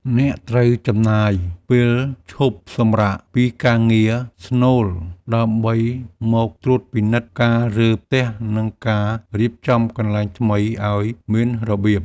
អ្នកត្រូវចំណាយពេលឈប់សម្រាកពីការងារស្នូលដើម្បីមកត្រួតពិនិត្យការរើផ្ទះនិងការរៀបចំកន្លែងថ្មីឱ្យមានរបៀប។